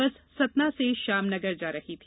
बस सतना से श्यामनगर जा रही थी